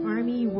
Army